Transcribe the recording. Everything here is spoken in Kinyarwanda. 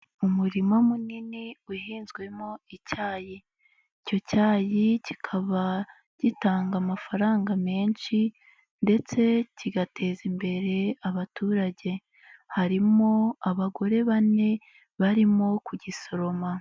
Umurima munini uhinzwemo icyayi, icyo cyayi kikaba gitanga amafaranga menshi ndetse kigateza imbere abaturage, harimo abagore bane barimo kugisoroma.